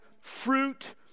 fruit